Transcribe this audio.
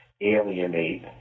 alienate